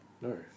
No